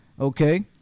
Okay